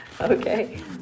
okay